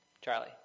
Charlie